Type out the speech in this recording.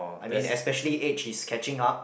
I mean especially age is catching up